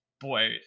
boy